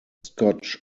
scotch